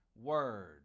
Word